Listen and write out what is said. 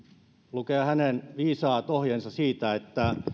lukea hänen viisaat ohjeensa siitä